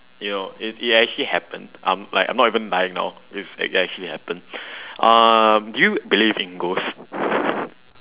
yo it it actually happened um I'm like I'm not even lying now it's actually happened um do you believe in ghosts